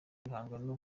ibihangano